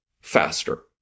faster